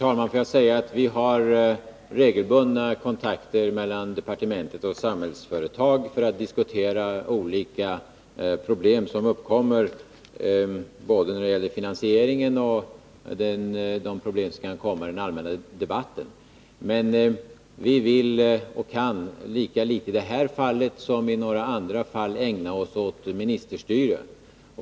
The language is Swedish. Herr talman! Vi har regelbundna kontakter mellan departementet och Samhällsföretag för att diskutera olika problem som uppkommer, både problem beträffande finansieringen och sådana problem som aktualiseras i den allmänna debatten. Vi vill, och kan, lika litet i detta fall som i några andra fall ägna oss åt ministerstyre.